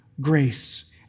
grace